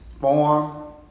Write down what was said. form